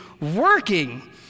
working